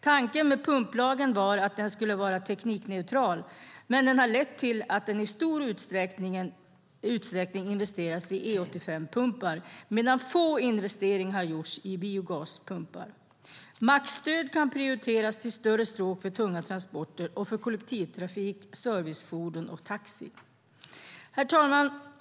Tanken med pumplagen var att den skulle vara teknikneutral, men den har lett att det i stor utsträckning investerats i E85-pumpar medan få investeringar har gjorts i biogaspumpar. Mackstöd kan prioriteras till större stråk för tunga transporter och för kollektivtrafik, servicefordon och taxi. Herr talman!